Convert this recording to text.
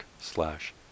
slash